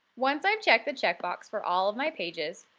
once i've checked the checkbox for all of my pages,